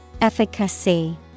Efficacy